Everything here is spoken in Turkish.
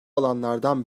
alanlardan